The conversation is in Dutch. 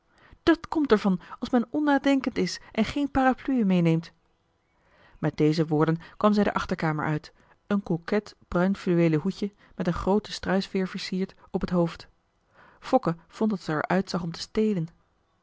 dat komt er van als men onnadenkend is en geen parapluie meeneemt met deze woorden kwam zij de achterkamer uit een coquet bruinfluweelen hoedje met een groote struisveer versierd op t hoofd fokke vond dat ze er uitzag om te stelen